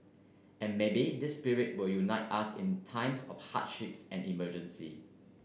and maybe this spirit will unite us in times of hardships and emergency